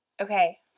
Okay